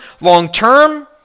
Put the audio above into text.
long-term